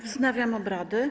Wznawiam obrady.